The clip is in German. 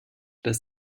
dass